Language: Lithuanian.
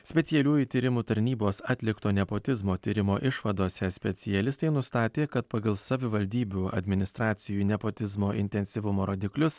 specialiųjų tyrimų tarnybos atlikto nepotizmo tyrimo išvadose specialistai nustatė kad pagal savivaldybių administracijų nepotizmo intensyvumo rodiklius